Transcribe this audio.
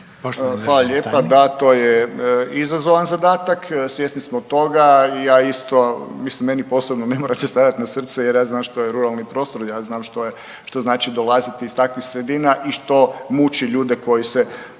Hvala lijepa. Da to je izazovan zadatak, svjesni smo toga, ja isto mislim meni posebno ne morate stavljat na srce jer ja znam što je ruralni prostro, ja znam što znači dolaziti iz takvih sredina i što muči ljude koji se